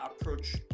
approach